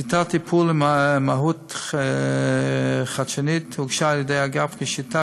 שיטת טיפול ומהות חדשנית הוגשה על ידי האגף כשיטה